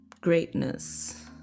greatness